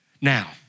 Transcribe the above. Now